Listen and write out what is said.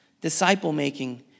Disciple-making